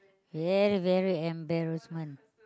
ya very embarrassment